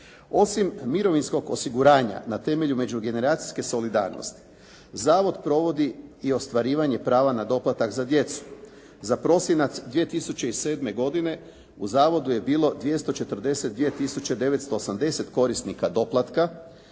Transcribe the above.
Osim mirovinskog osiguranja na temelju međugeneracijske solidarnosti zavod provodi i ostvarivanje prava na doplatak za djecu. Za prosinac 2007. godine u zavodu je bilo 242 tisuće 980 korisnika doplatka